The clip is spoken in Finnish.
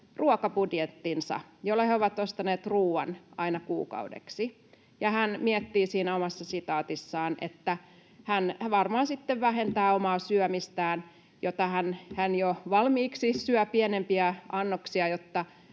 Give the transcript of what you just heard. ruokabudjettinsa, jolla he ovat ostaneet ruoan aina kuukaudeksi. Hän miettii siinä omassa sitaatissaan, että hän varmaan sitten vähentää omaa syömistään, vaikka hän jo valmiiksi syö pienempiä annoksia,